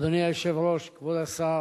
אדוני היושב-ראש, כבוד השר,